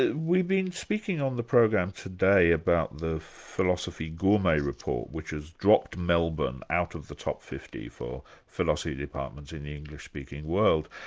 ah we've been speaking on the program today about the philosophy gourmet report, which has dropped melbourne out of the top fifty philosophy departments in the english-speaking world.